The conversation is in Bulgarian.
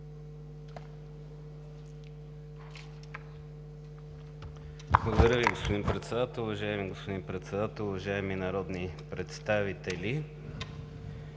Ви, господин Председател. Уважаеми господин Председател, уважаеми народни представители!